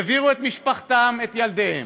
העבירו את משפחתם, את ילדיהם,